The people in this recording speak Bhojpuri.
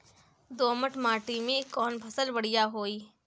दोमट माटी में कौन फसल बढ़ीया होई?